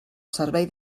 servei